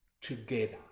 together